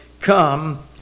Come